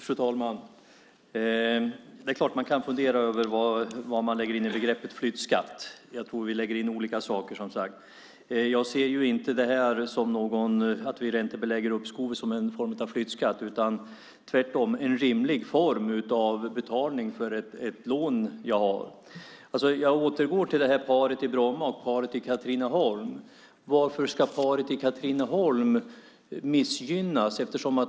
Fru talman! Det är klart att man kan fundera över vad man lägger in i begreppet flyttskatt. Jag tror som sagt att vi lägger in olika saker. Att vi räntebelägger uppskovet ser inte jag som en form av flyttskatt - tvärtom. Det är en rimlig form av betalning för ett lån man har. Jag återgår till paret i Bromma och paret i Katrineholm. Varför ska paret i Katrineholm missgynnas?